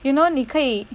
you know 你可以